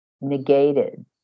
negated